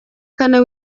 kane